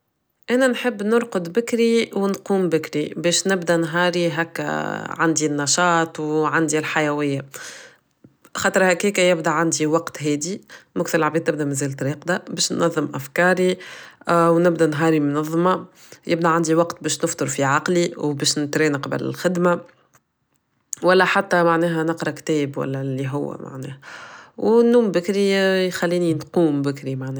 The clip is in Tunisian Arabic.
أنا نحب نرقد بكري ونقوم بكري بيش نبدا نهاري هكا عندي النشاط وعندي الحيوية خطرها كيكا يبدا عندي وقت هادي موكل عبيد تبدا من زي الطريق هيكذا بيش ننظم أفكاري ونبدا نهاري منظمة يبدا عندي وقت بيش نفطر في عقلي وبيش نترين قبل الخدمة ولا حتى معناها نقرأ كتاب ولا اللي هو معناها ونوم بكري يخليني نقوم بكري معناها.